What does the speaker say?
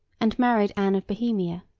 and married anne of bohemia,